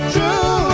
True